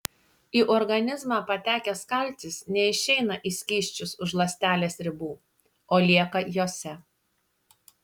į organizmą patekęs kalcis neišeina į skysčius už ląstelės ribų o lieka jose